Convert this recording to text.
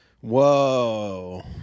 Whoa